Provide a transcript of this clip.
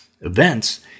Events